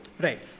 right